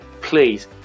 please